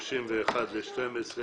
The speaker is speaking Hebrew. אנחנו ב-31 בדצמבר